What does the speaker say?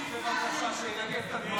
תנו לו טישו שינגב את הדמעות.